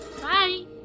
Bye